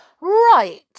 right